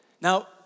Now